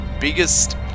biggest